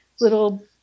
Little